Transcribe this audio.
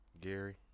Gary